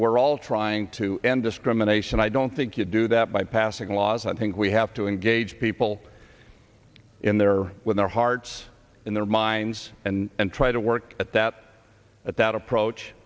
we're all trying to end discrimination i don't think you do that by passing laws i think we have to engage people in there with their hearts and their minds and try to work at that at that approach